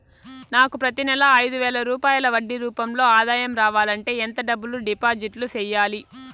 నాకు ప్రతి నెల ఐదు వేల రూపాయలు వడ్డీ రూపం లో ఆదాయం రావాలంటే ఎంత డబ్బులు డిపాజిట్లు సెయ్యాలి?